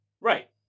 Right